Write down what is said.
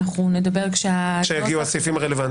אנחנו נדבר --- כשיגיעו הסעיפים הרלוונטיים.